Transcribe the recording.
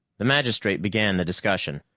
the magistrate began the discussion.